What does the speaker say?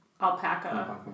alpaca